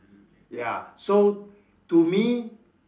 ya so to me